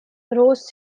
rose